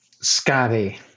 Scotty